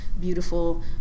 beautiful